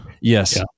Yes